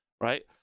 right